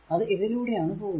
അത് ഇതിലൂടെ ആണ് പോകുന്നത്